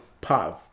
pause